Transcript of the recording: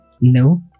No